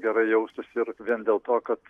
gerai jaustųsi ir vien dėl to kad